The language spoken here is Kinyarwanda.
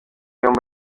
yombi